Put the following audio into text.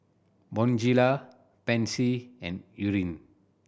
Bonjela Pansy and Eucerin